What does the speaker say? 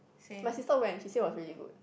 my sister went she said it was really good